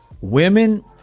Women